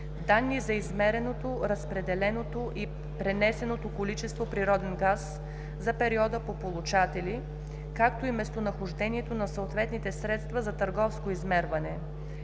данни за измереното, разпределеното и пренесеното количество природен газ за периода по получатели, както и местонахождението на съответните средства за търговско измерване,